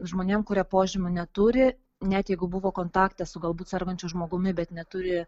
žmonėm kurie požymių neturi net jeigu buvo kontaktas su galbūt sergančiu žmogumi bet neturi